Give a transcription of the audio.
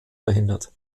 verhindert